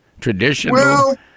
Traditional